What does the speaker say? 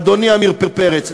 אדוני עמיר פרץ.